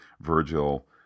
Virgil